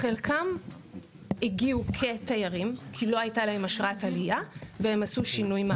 חלקם הגיעו כתיירים כי לא הייתה להם אשרת עלייה והם עשו שינוי מעמד.